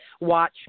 watch